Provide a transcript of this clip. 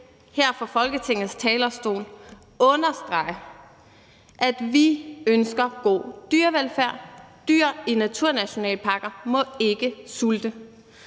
her fra Folketingets talerstol understrege, at vi ønsker god dyrevelfærd. Dyr i naturnationalparker må ikke sulte.